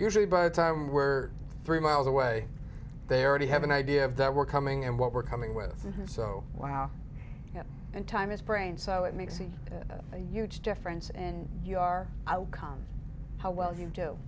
usually by the time we're three miles away they already have an idea of that were coming and what we're coming with so wow and time is brain so it makes a huge difference and you are outcome how well you do